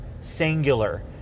singular